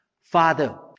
Father